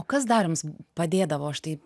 o kas dar jums padėdavo štai